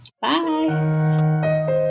Bye